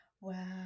Wow